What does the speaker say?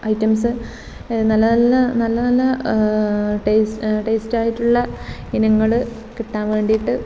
items നല്ല നല്ല നല്ല നല്ല ടേസ് ടേസ്റ്റ് ആയിട്ടുള്ള ഇനങ്ങൾ കിട്ടാൻ വേണ്ടിയിട്ട്